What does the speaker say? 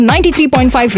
93.5